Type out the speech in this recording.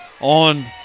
On